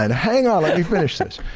and hang on let me finish this.